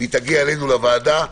היא תגיע אלינו לוועדה.